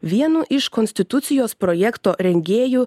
vienu iš konstitucijos projekto rengėjų